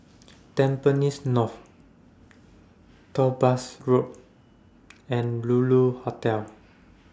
Tampines North Topaz Road and Lulu Hotel